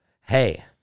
hey